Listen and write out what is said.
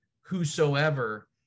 whosoever